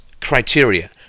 criteria